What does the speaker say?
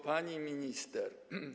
Pani Minister!